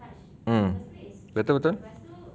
mm betul betul